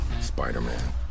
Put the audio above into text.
Spider-Man